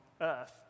earth